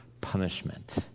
punishment